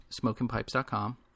smokingpipes.com